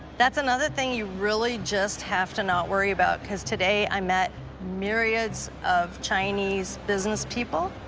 that's another thing you really just have to not worry about, because today i met myriads of chinese businesspeople.